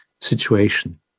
situation